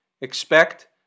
expect